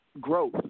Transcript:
growth